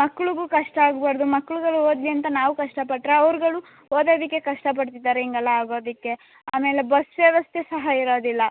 ಮಕ್ಕಳ್ಗೂ ಕಷ್ಟ ಆಗಬಾರ್ದು ಮಕ್ಕಳುಗಳು ಓದಲಿ ಅಂತ ನಾವು ಕಷ್ಟ ಪಟ್ಟರೆ ಅವ್ರುಗಳು ಓದೋದಕ್ಕೆ ಕಷ್ಟ ಪಡ್ತಿದ್ದಾರೆ ಹಿಂಗಲ್ಲ ಆಗೋದಕ್ಕೆ ಆಮೇಲೆ ಬಸ್ ವ್ಯವಸ್ಥೆ ಸಹ ಇರೋದಿಲ್ಲ